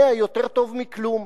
100 יותר טוב מכלום,